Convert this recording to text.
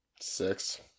Six